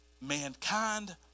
mankind